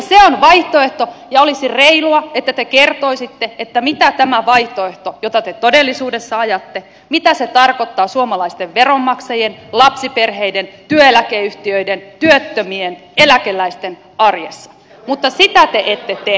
se on vaihtoehto ja olisi reilua että te kertoisitte mitä tämä vaihtoehto jota te todellisuudessa ajatte tarkoittaa suomalaisten veronmaksajien lapsiperheiden työeläkeyhtiöiden työttömien eläkeläisten arjessa mutta sitä te ette tee